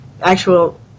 actual